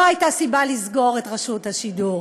לא הייתה סיבה לסגור את רשות השידור.